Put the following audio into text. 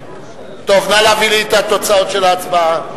נא להביא לי את תוצאות ההצבעה.